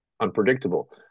unpredictable